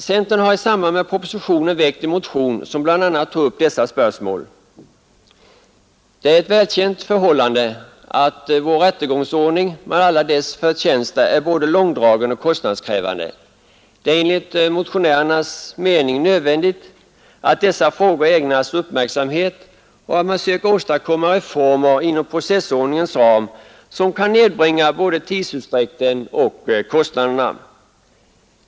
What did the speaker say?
Centern har i anslutning till propositionen väckt en motion som bl.a. tar upp dessa spörsmål. Det är ett välkänt förhållande att vår rättegångsordning med alla dess förtjänster är både långdragen och kostnadskrävande. Det är enligt motionärernas mening nödvändigt att dessa frågor ägnas uppmärksamhet och att man inom processordningens ram söker åstadkomma reformer som kan nedbringa både tidsutdräkten och kostnaderna.